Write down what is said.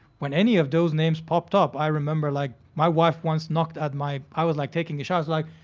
when any of those names popped up, i remember, like, my wife once knocked at my. i was, like, taking a shower. was like,